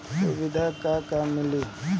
सुविधा का का मिली?